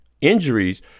injuries